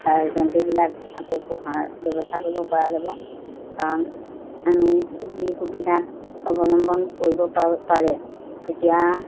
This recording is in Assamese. জন্তুবিলাক আকৌ পোহাৰ ব্যৱস্থা কৰিব পৰা যাব কাৰণ আমি যি সুবিধা অৱলম্বন কৰিব পাৰোঁ পাৰে তেতিয়া